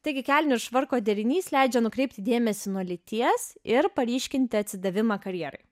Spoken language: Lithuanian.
taigi kelnių ir švarko derinys leidžia nukreipti dėmesį nuo lyties ir paryškinti atsidavimą karjerai